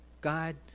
God